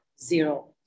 zero